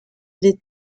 des